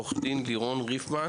שלום, עורכת הדין לירון ריפמן